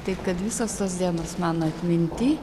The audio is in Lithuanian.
taip kad visos tos dienos mano atminty